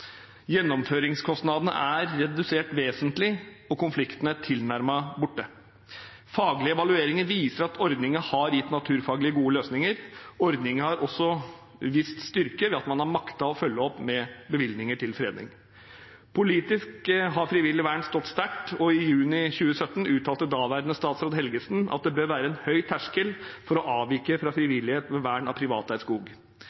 Gjennomføringskostnadene er blitt redusert vesentlig, og konfliktene er tilnærmet borte. Faglige evalueringer viser at ordningen naturfaglig sett har gitt gode løsninger. Ordningen har også vist styrke ved at man har maktet å følge opp med bevilgninger til fredning. Politisk har frivillig vern stått sterkt, og i juni 2017 uttalte daværende statsråd Helgesen at det bør være en høy terskel for å avvike fra frivillighet ved vern av privateid skog.